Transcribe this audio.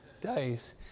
days